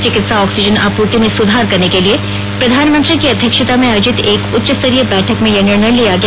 चिकित्सा ऑक्सीजन आपूर्ति में सुधार करने के लिए प्रधानमंत्री की अध्यक्षता में आयोजित एक उच्च स्तरीय बैठक में यह निर्णय लिया गया